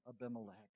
Abimelech